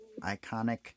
iconic